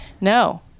no